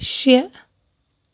شےٚ